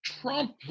Trump